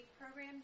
program